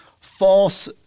false